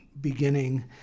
beginning